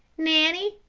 nanny,